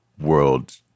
world